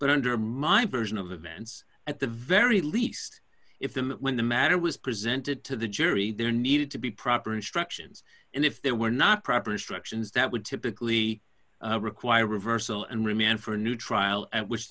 but under my version of events at the very least if them when the matter was presented to the jury there needed to be proper instructions and if there were not proper instructions that would typically require reversal and remand for a new trial at which